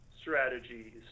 strategies